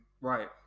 Right